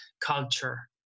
culture